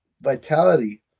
vitality